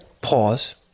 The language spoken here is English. pause